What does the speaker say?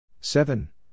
seven